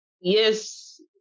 yes